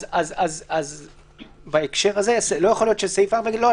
אז בהקשר הזה לא יכול להיות שסעיף 4 יגיד: לא,